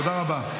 תודה רבה.